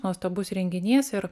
nuostabus renginys ir